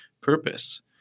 purpose